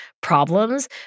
problems